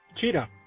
Cheetah